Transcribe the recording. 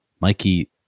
Mikey